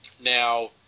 Now